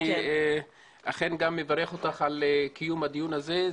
אני אכן גם מברך אותך על קיום הדיון הזה.